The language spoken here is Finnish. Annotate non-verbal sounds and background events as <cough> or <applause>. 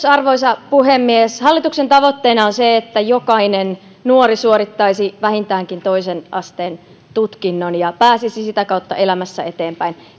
<unintelligible> arvoisa puhemies hallituksen tavoitteena on se että jokainen nuori suorittaisi vähintäänkin toisen asteen tutkinnon ja pääsisi sitä kautta elämässä eteenpäin